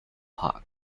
park